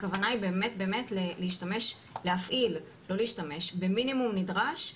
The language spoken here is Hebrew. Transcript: הכוונה היא באמת להפעיל במינימום נדרש,